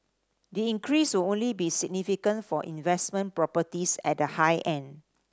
the increase will only be significant for investment properties at the high end